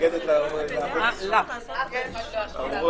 אני עובר